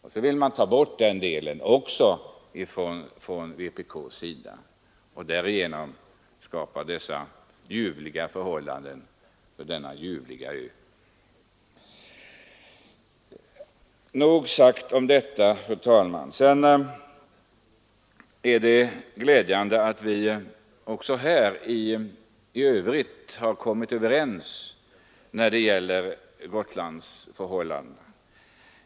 Och så vill vpk ta bort den delen också och därigenom skapa ljuvliga förhållanden på denna ljuvliga ö! Nog sagt om detta, fru talman. Det är glädjande att vi i övrigt har kommit överens när det gäller Gotlandsförhållandena.